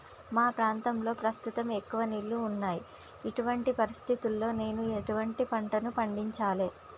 మా ప్రాంతంలో ప్రస్తుతం ఎక్కువ నీళ్లు ఉన్నాయి, ఇటువంటి పరిస్థితిలో నేను ఎటువంటి పంటలను పండించాలే?